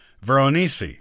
Veronese